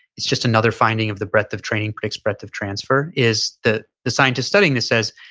it's just another finding of the breadth of training predicts breadth of transfer. is the the scientist studying that says,